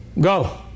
Go